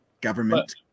Government